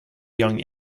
young